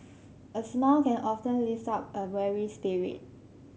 a smile can often lift up a weary spirit